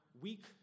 weak